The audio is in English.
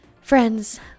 Friends